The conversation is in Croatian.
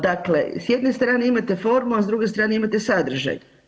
Dakle, s jedne strane imate formu, a s druge strane imate sadržaj.